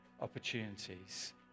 opportunities